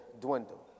dwindle